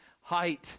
height